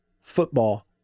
football